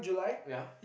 wait ah